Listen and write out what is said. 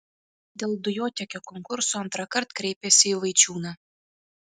dėl dujotiekio konkurso antrąkart kreipėsi į vaičiūną